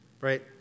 Right